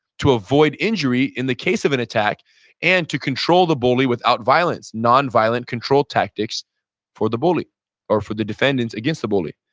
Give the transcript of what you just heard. to avoid injury in the case of an attack and to control the bully without violence, nonviolent control tactics for the bully or for the defendants against the bully.